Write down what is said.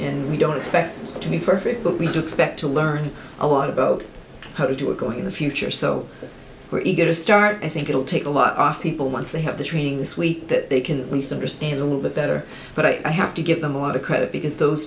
and we don't expect to be for fic but we do expect to learn a lot about how to do it going in the future so we're eager to start i think it'll take a lot off people once they have the training this week that they can at least understand a little bit better but i have to give them a lot of credit because those